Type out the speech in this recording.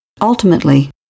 Ultimately